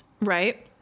right